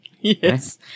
Yes